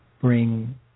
bring